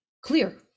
clear